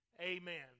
amen